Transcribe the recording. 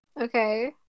Okay